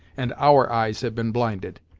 and our eyes have been blinded.